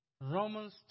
Romans